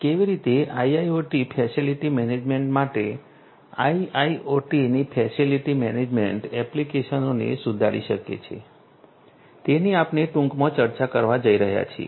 કેવી રીતે IIoT facility management માટે IIoT ની ફેસિલિટી મેનેજમેન્ટ એપ્લિકેશનોને સુધારી શકે છે તેની આપણે ટૂંકમાં ચર્ચા કરવા જઈ રહ્યા છીએ